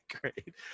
great